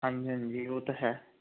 ਹਾਂਜੀ ਹਾਂਜੀ ਉਹ ਤਾਂ ਹੈ